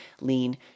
lean